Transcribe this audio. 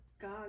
God